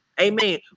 Amen